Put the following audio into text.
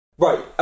Right